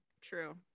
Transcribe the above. true